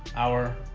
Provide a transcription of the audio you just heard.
our